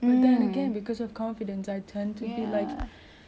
uh suka hati apa orang nak cakap saya percaya apa awak cakap